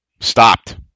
stopped